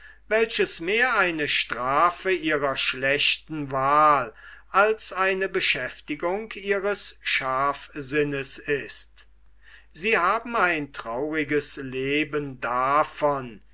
welches mehr eine strafe ihrer schlechten wahl als eine beschäftigung ihres scharfsinnes ist sie haben ein trauriges leben davon